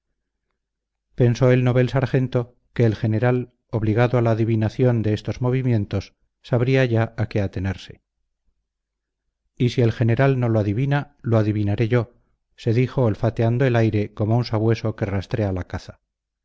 pensó el novel sargento que el general obligado a la adivinación de estos movimientos sabría ya a qué atenerse y si el general no lo adivina lo adivinaré yo se dijo olfateando el aire como un sabueso que rastrea la caza